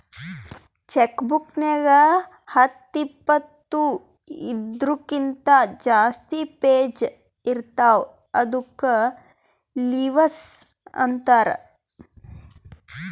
check book ನಾಗ್ ಹತ್ತು ಇಪ್ಪತ್ತು ಇದೂರ್ಕಿಂತ ಜಾಸ್ತಿ ಪೇಜ್ ಇರ್ತಾವ ಇದ್ದುಕ್ ಲಿವಸ್ ಅಂತಾರ್